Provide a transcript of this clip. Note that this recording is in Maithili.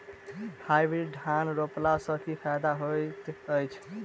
हाइब्रिड धान रोपला सँ की फायदा होइत अछि?